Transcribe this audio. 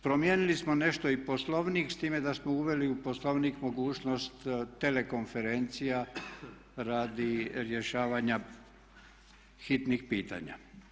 Promijenili smo nešto i poslovnik s time da smo uveli u poslovnik mogućnost tele konferencija radi rješavanja hitnih pitanja.